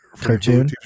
Cartoon